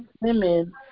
Women